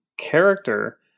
character